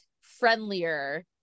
friendlier